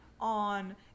on